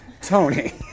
Tony